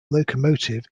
locomotive